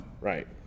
Right